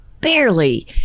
barely